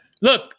Look